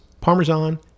parmesan